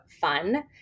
fun